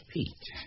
Pete